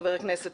חבר הכנסת,